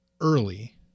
early